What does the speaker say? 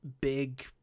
big